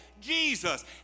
Jesus